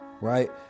right